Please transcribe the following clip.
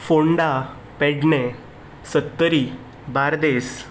Ponda Pernem Sattari Bardez